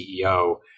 CEO